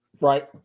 right